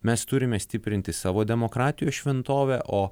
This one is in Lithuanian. mes turime stiprinti savo demokratijos šventovę o